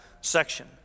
section